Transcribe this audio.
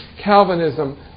Calvinism